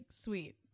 sweet